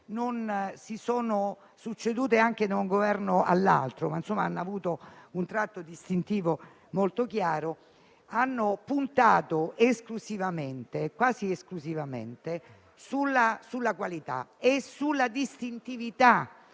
non si sono succedute da un Governo all'altro, ma hanno avuto un tratto distintivo molto chiaro. Tali scelte hanno puntato, quasi esclusivamente, sulla qualità e sulla distintività